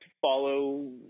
follow